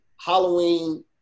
Halloween